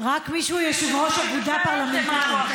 רק מי שהוא יושב-ראש אגודה פרלמנטרית,